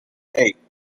hey